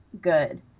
good